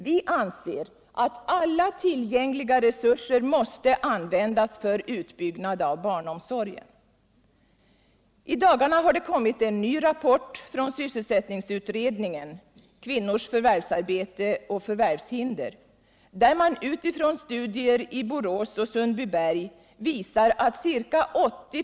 Vi anser att alla tillgängliga resurser måste användas för utbyggnad av barnomsorgen. I dagarna har det kommit en nv rapport från sysselsättningsutredningen — Kvinnors förvärvsarbete och förvärvshinder — där man utifrån studier i Borås och Sundbyberg visar att ca 80 ".